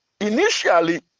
initially